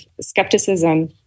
skepticism